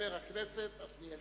חבר הכנסת עתניאל